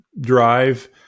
drive